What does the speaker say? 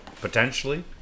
potentially